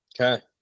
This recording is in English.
Okay